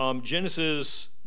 genesis